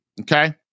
Okay